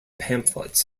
pamphlets